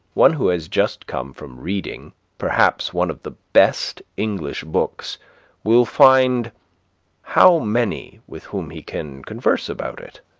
one who has just come from reading perhaps one of the best english books will find how many with whom he can converse about it?